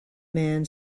man